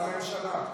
לממשלה.